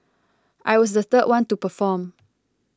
I was the third one to perform